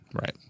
Right